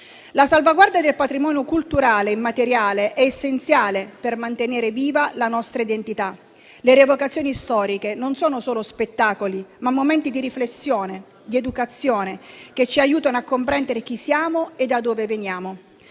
La salvaguardia del patrimonio culturale immateriale è essenziale per mantenere viva la nostra identità. Le rievocazioni storiche non sono solo spettacoli, ma momenti di riflessione e di educazione che ci aiutano a comprendere chi siamo e da dove veniamo.